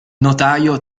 notaio